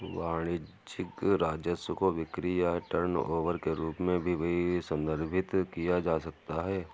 वाणिज्यिक राजस्व को बिक्री या टर्नओवर के रूप में भी संदर्भित किया जा सकता है